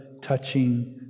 touching